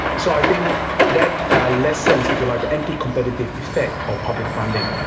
so i think that lessens, if you like, the anti-competitive effect of public funding.